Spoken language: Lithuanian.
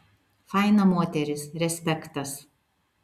faina moteris respektas